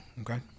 okay